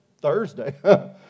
Thursday